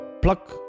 pluck